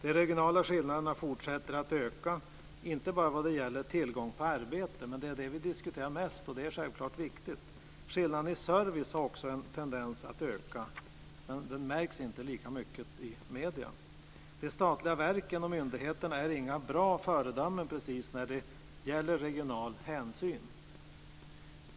De regionala skillnaderna fortsätter dock att öka - inte bara vad gäller tillgången till arbete men det är ju det vi diskuterar mest och det är självklart viktigt. Skillnaden i service tenderar också att öka men detta märks inte lika mycket i medierna. De statliga verken och myndigheterna är inte precis bra föredömen när det gäller regional hänsyn.